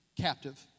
captive